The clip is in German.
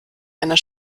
einer